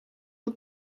het